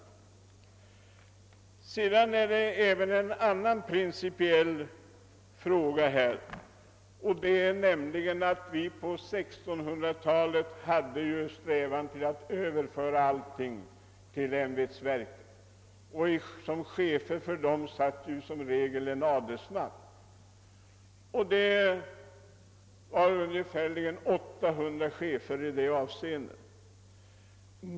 Vidare vill jag beröra en annan principiell fråga här. På 1600-talet strävade man ju efter att överföra allting till ämbetsverk, och som chefer för dem satt ju i regel adelsmän. Det fanns ungefär 800 sådana chefer.